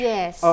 Yes